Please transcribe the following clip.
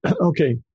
Okay